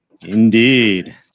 Indeed